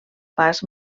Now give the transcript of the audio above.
pas